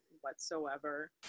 whatsoever